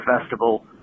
festival